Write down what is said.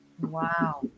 Wow